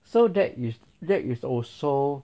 so that is that is also